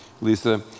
Lisa